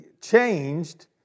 changed